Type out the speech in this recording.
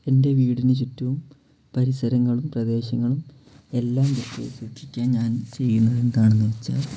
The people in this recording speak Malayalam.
എൻ്റെ വീടിന് ചുറ്റും പരിസരങ്ങളും പ്രദേശങ്ങളും എല്ലാം വൃത്തിയായി സൂക്ഷിക്കാൻ ഞാൻ ചെയ്യുന്നതെന്താണെന്ന് വെച്ചാൽ